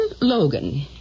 Logan